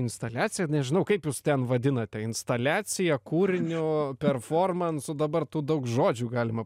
instaliacija nežinau kaip jūs ten vadinate instaliacija kūriniu performansu dabar tų daug žodžių galima